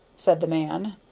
said the man,